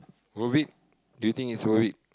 worth it do you think it's worth it